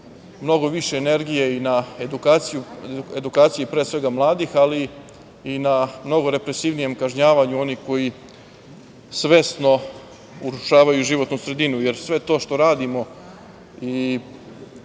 mnogo više energije i na edukaciji pre svega mladih, ali i na mnogo represivnijem kažnjavanju onih koji svesno urušavaju životnu sredinu, jer sve to što radimo i